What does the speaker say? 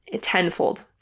tenfold